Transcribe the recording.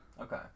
Okay